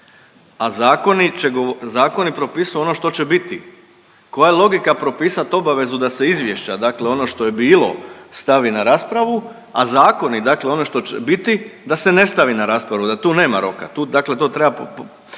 a zakoni propisuju ono što će biti. Koja je logika propisati obavezu da se izvješća, dakle ono što je bilo stavi na raspravu, a zakoni, dakle ono što će biti da se ne stavi na raspravu, da tu nema roka. To dakle treba